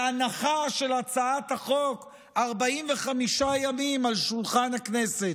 בהנחה של הצעת החוק 45 ימים על שולחן הכנסת?